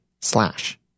slash